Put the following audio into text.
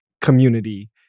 community